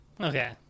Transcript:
Okay